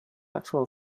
actual